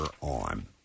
on